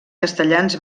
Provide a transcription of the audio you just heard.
castellans